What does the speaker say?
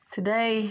Today